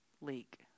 leak